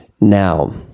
now